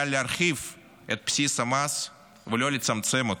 להרחיב את בסיס המס ולא לצמצם אותו.